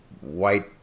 white